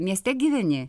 mieste gyveni